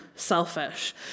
Selfish